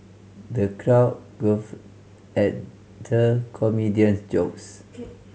the crowd guffawed at the comedian's jokes